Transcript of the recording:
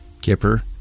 Kipper